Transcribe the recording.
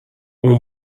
اون